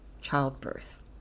childbirth